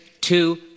two